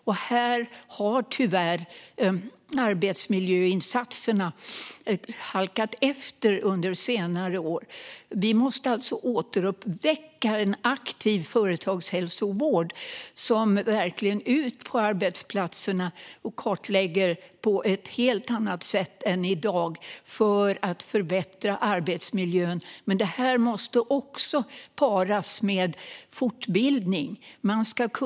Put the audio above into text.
Tyvärr har arbetsmiljöinsatserna halkat efter under senare år. Vi måste alltså återuppväcka en aktiv företagshälsovård som verkligen är ute på arbetsplatserna och kartlägger på ett helt annat sätt än i dag för att förbättra arbetsmiljön. Detta måste också paras med fortbildning.